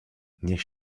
niech